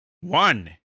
One